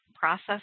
process